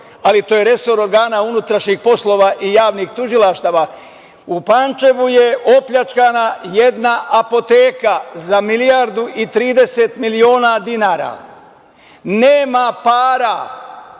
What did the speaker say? ali to je resor organa unutrašnjih poslova i javnih tužilaštava, u Pančevu je opljačkana jedna apoteka za milijardu i 30 miliona dinara. Nema para.